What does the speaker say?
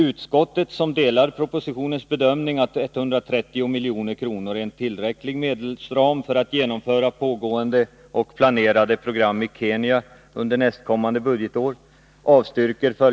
Utskottet delar propositionens bedömning att 130 milj.kr. är en tillräcklig medelsram för att genomföra pågående och planerade program i Kenya under nästkommande budgetår.